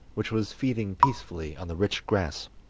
which was feeding peacefully on the rich grass.